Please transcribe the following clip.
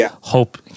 hope